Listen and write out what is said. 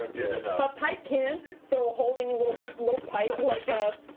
ah but pike can! so holding little little pike like a